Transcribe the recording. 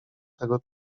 tego